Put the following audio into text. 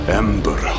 ember